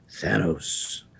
Thanos